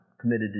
committed